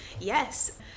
Yes